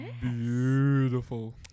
beautiful